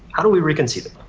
how do we re-conceive it?